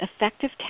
effective